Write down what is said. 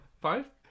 Five